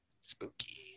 Spooky